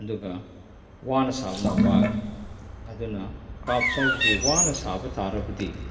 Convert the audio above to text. ꯑꯗꯨꯒ ꯋꯥꯅ ꯁꯥꯕꯅ ꯋꯥꯒꯤ ꯑꯗꯨꯅ ꯀ꯭ꯔꯥꯐ ꯍꯥꯏꯕꯁꯤ ꯋꯥꯅ ꯁꯥꯕ ꯇꯥꯔꯕꯗꯤ